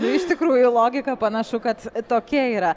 iš tikrųjų logika panašu kad tokia yra